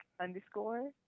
underscore